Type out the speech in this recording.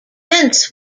tents